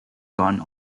gone